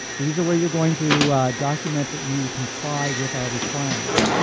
these are where you're going to document that you comply with our requirements.